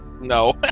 No